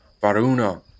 Varuna